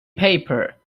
paper